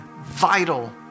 vital